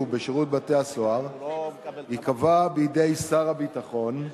בשירות בתי-הסוהר ייקבע בידי שר הביטחון,